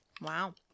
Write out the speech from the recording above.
Wow